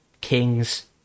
kings